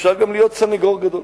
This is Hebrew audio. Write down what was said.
אפשר גם להיות סניגור גדול.